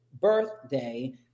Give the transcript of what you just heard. birthday